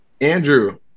Andrew